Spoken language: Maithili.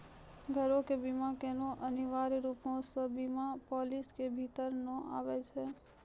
घरो के बीमा कोनो अनिवार्य रुपो के बीमा पालिसी के भीतर नै आबै छै